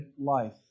life